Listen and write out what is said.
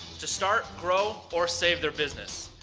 to start, grow, or save their business.